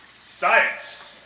science